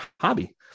hobby